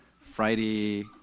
Friday